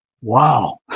wow